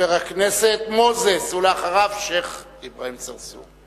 חבר הכנסת מוזס, ואחריו, שיח' אברהים צרצור.